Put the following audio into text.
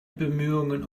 bemühungen